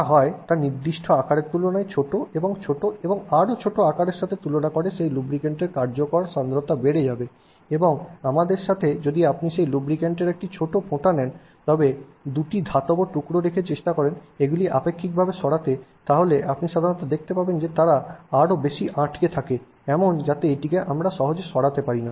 যা হয় তা নির্দিষ্ট আকারের তুলনায় ছোট এবং ছোট এবং আরও ছোট আকারের সাথে তুলনা করে সেই লুব্রিকেন্টগুলির কার্যকর সান্দ্রতা বেশি হয়ে যাবে এবং আমাদের সাথে যদি আপনি সেই লুব্রিক্যান্টের একটি ছোট ফোঁটা নেন এবং দুটি ছোট ধাতব টুকরা রেখে চেষ্টা করেন এগুলিকে আপেক্ষিকভাবে সরাতে তাহলে আপনি সাধারণত দেখতে পাবেন যে তারা আরও বেশি আটকে থাকে এমন যাতে আমরা এটিকে সহজে সরাতে পারে না